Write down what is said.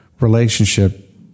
relationship